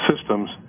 systems